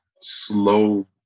slow